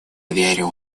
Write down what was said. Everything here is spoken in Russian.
верил